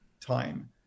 time